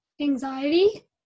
anxiety